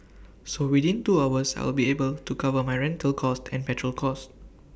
so within two hours I will be able to cover my rental cost and petrol cost